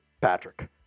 Patrick